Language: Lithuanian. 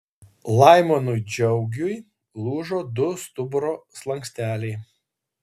laimonui džiaugiui lūžo du stuburo slanksteliai